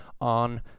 on